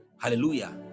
Hallelujah